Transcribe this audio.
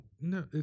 No